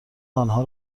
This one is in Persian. آنها